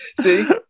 See